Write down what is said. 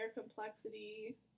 complexity